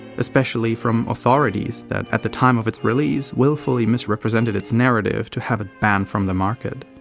especially from authorities, that, at the time of its release, willfully misrepresented its narrative to have it banned from the market.